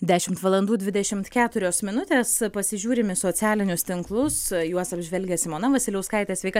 dešimt valandų dvidešimt keturios minutės pasižiūrim į socialinius tinklus juos apžvelgia simona vasiliauskaitė sveika